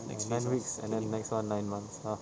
ah nine weeks and then next one nine months lah